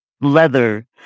leather